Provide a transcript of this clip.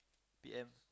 P_M